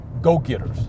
go-getters